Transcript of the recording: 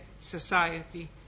society